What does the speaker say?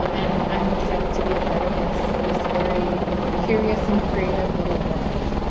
and i am excited to be part of this this very curious and creative little world?